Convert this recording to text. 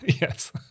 Yes